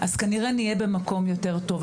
כנראה שנהיה במקום יותר טוב.